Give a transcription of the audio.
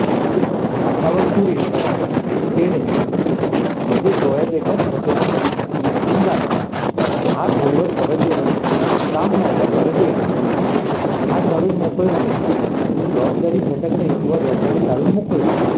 हातावर तुरी देणे म्हणजे डोळ्यादेखत फसवणूक निसटून जाणे हात हलवत परत येणे काम न होता परत येणे हात झाडून मोकळे होणे जबाबदारी झटकणे किंवा जबाबदारी टाळून मोकळे होणे